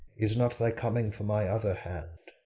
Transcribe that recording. is not thy coming for my other hand?